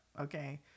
okay